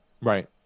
Right